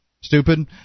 stupid